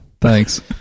Thanks